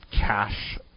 Cash